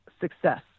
success